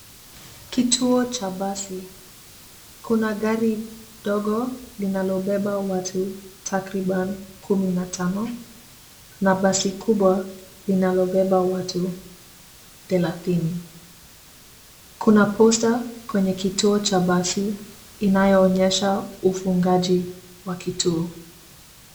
Kituo cha basi, kuna gari dogo linalibeba watu takribani kumi na tano na basi kubwa linalobeba watu thelathini. Kuna posta kwenye kituo cha basi inayoonyesha ufungaji wa kituo.